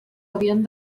havien